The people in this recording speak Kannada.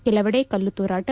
ಕೆಲವೆಡೆ ಕಲ್ಲು ತೂರಾಟ